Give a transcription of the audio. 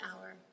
hour